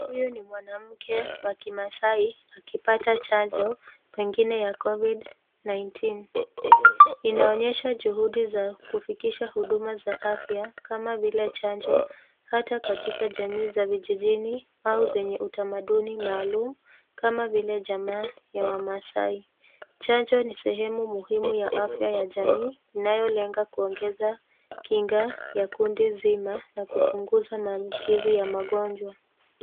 Huyu ni mwanamke wa kimasai akipata chanjo pengine ya COVID 19 inaonyesha juhudi za kufikisha